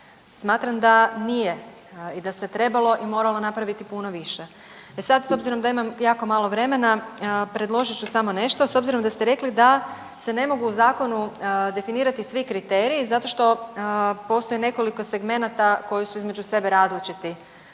Smatram da nije i da se trebalo i moralo napraviti puno više. E sad, s obzirom da imam jako malo vremena predložit ću samo nešto. S obzirom da ste rekli da se ne mogu u zakonu definirati svi kriteriji zato što postoji nekoliko segmenata koji su između sebe različiti